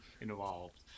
involved